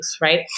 right